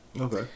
Okay